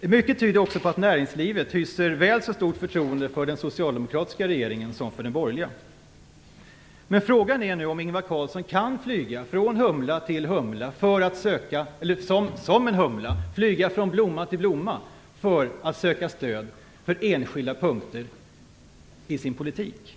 Mycket tyder också på att näringslivet hyser väl så stort förtroende för den socialdemokratiska regeringen som för den borgerliga. Men frågan är nu om Ingvar Carlsson kan flyga som en humla från blomma till blomma för att söka stöd för enskilda punkter i sin politik.